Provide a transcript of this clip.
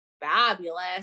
fabulous